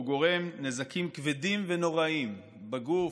גורם נזקים כבדים ונוראים בגוף,